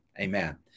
amen